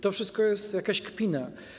To wszystko jest jakaś kpina.